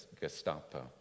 Gestapo